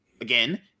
again